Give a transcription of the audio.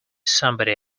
somebody